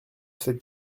cette